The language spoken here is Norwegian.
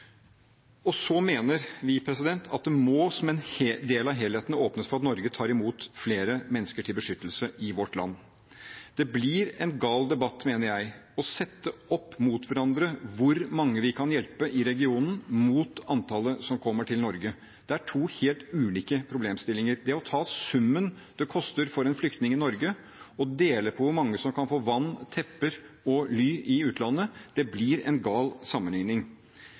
Så mener vi at det må, som en del av helheten, åpnes for at Norge tar imot flere mennesker til beskyttelse i vårt land. Det blir en gal debatt, mener jeg, å sette opp mot hverandre hvor mange vi kan hjelpe i regionen, mot antallet som kommer til Norge. Det er to helt ulike problemstillinger. Det å ta summen det koster for en flyktning i Norge og dele på hvor mange som kan få vann, tepper og ly i utlandet, blir en gal sammenligning.